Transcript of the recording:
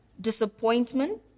disappointment